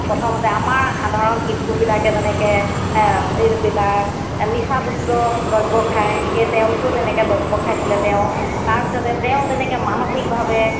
প্ৰথমতে আমাৰ সাধাৰণ কিশোৰবিলাকে যেনেকৈ এইবিলাক নিচাযুক্ত দ্ৰব্য খায় সেই তেওঁলোকেও তেনেকৈ দ্ৰব্য খাইছিলে তেওঁ তাৰপিছতে তেওঁ যেনেকৈ মানসিকভাৱে